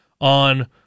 on